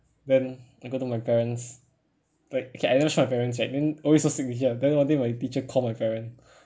then I go to my parents like okay I never show my parents yet then always no signature then after that my teacher call my parent